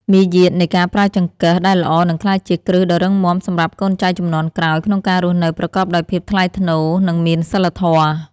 មារយាទនៃការប្រើចង្កឹះដែលល្អនឹងក្លាយជាគ្រឹះដ៏រឹងមាំសម្រាប់កូនចៅជំនាន់ក្រោយក្នុងការរស់នៅប្រកបដោយភាពថ្លៃថ្នូរនិងមានសីលធម៌។